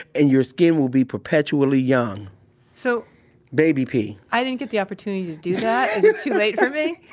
and your skin will be perpetually young sojae so baby pee. i didn't get the opportunity to do that. is it too late for me?